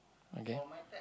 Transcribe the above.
okay